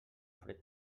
fred